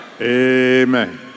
Amen